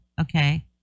Okay